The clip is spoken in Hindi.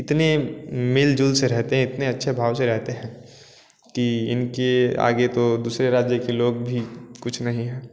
इतने मेलजोल से रहते हैं इतने अच्छे भाव से रहते हैं कि इनके आगे तो दूसरे राज्य के लोग भी कुछ नहीं है